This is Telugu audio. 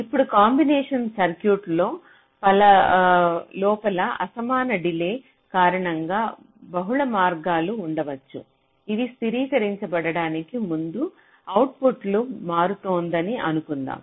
ఇప్పుడు కాంబినేషన్ సర్క్యూట్ లోపల అసమాన డిలే కారణంగా బహుళ మార్గాలు ఉండవచ్చు ఇవి స్థిరీకరించబడటానికి ముందు అవుట్పుట్ లు మారుతోందని అనుకుందాం